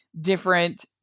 different